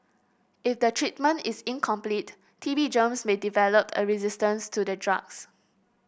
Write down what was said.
if the treatment is incomplete T B germs may develop a resistance to the drugs